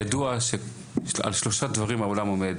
ידוע על שלושה דברים העולם עומד,